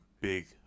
big